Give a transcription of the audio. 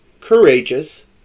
courageous